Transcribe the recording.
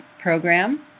program